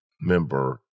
member